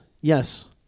Yes